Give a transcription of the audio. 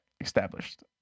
Established